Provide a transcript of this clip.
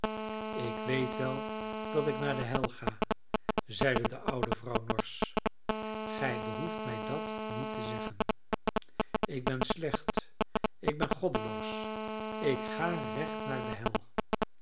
ik weet wel dat ik naar de hel ga zeide de oude vrouw norsch gij behoeft mij dat niet te zeggen ik ben slecht ik ben goddeloos ik ga recht naar de hel